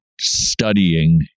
Studying